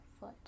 foot